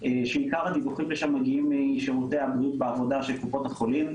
שעיקר הדיווחים לשם מגיעים משירותי הבריאות בעבודה של קופות החולים.